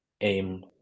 aim